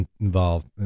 involved